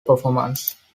performance